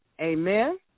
Amen